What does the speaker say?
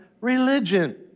religion